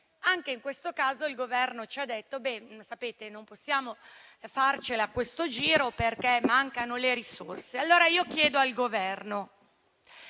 Anche in questo caso il Governo ci ha detto di non potercela fare a questo giro perché mancano le risorse. Allora io chiedo al Governo